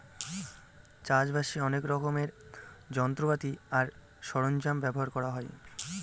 চাষ বাসে অনেক রকমের যন্ত্রপাতি আর সরঞ্জাম ব্যবহার করা হয়